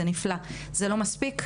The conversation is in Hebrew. זה נפלא אבל זה לא מספיק.